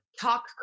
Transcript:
talk